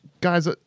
Guys